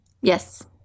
Yes